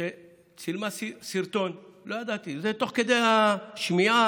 שצילמה סרטון, לא ידעתי, ותוך כדי השמיעה